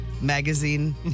Magazine